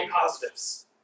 positives